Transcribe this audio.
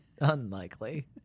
unlikely